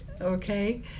Okay